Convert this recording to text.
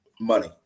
money